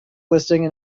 listing